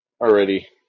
already